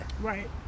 right